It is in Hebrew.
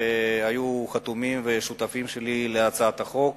שהיו חתומים ושותפים שלי להצעת החוק.